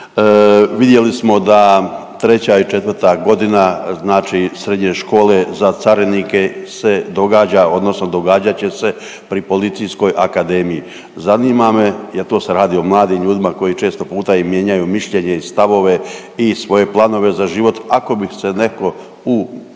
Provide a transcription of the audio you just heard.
Vidjeli smo da 3. i 4. godina znači srednje škole za carinike se događa odnosno događat će se pri Policijskoj akademiji. Zanima me, jer to se radi o mladim ljudima koji često puta i mijenjaju mišljenje i stavove i svoje planove za život, ako bi se netko u